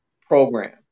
program